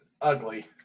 ugly